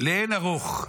לאין ערוך.